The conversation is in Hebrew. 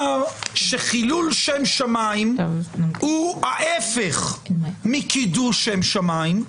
שחילול שם שמיים הוא ההפך מקידוש שם שמיים,